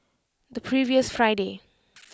the previous Friday